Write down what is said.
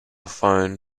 phone